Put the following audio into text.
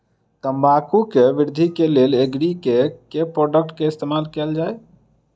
तम्बाकू केँ वृद्धि केँ लेल एग्री केँ के प्रोडक्ट केँ इस्तेमाल कैल जाय?